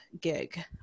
gig